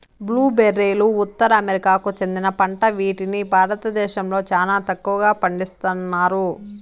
blue బెర్రీలు ఉత్తర అమెరికాకు చెందిన పంట వీటిని భారతదేశంలో చానా తక్కువగా పండిస్తన్నారు